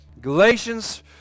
Galatians